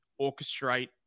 orchestrate